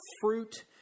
fruit